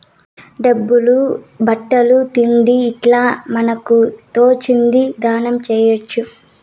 డబ్బులు బట్టలు తిండి ఇట్లా మనకు తోచింది దానం చేయొచ్చు